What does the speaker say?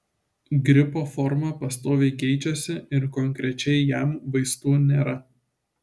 gripo forma pastoviai keičiasi ir konkrečiai jam vaistų nėra